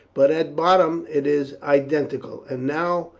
but at bottom it is identical. and now,